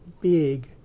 big